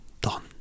done